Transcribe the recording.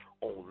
on